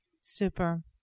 Super